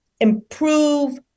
improve